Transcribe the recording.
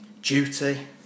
duty